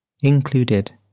included